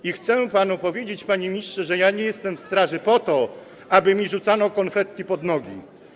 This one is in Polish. I chcę panu powiedzieć, panie ministrze, że nie jestem w straży po to, aby mi rzucano konfetti pod nogi.